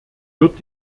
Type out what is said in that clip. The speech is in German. wird